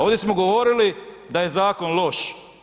Ovdje smo govorili da je zakon loš.